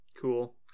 cool